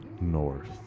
North